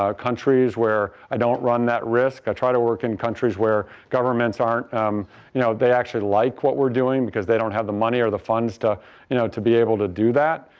ah countries where i don't run that risk. i try to work in countries where governments aren't you know they actually like what we're doing because they don't have the money or the funds to you know to be able to do that.